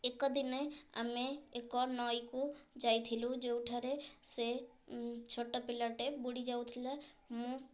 ଏକ ଦିନେ ଆମେ ଏକ ନଈକୁ ଯାଇଥିଲୁ ଯେଉଁଠାରେ ସେ ଛୋଟ ପିଲାଟେ ବୁଡ଼ି ଯାଉଥିଲା ମୁଁ